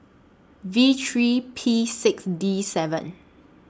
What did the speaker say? V three P six D seven